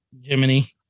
Jiminy